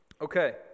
Okay